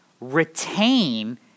retain